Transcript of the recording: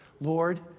Lord